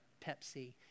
Pepsi